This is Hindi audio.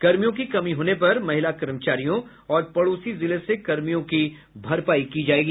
कर्मियों की कमी होने पर महिला कर्मचारियों और पड़ोसी जिले से कर्मियों की भरपाई की जायेगी